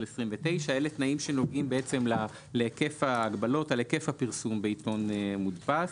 2029. אלה תנאים שנוגעים להיקף ההגבלות על היקף הפרסום בעיתון מודפס.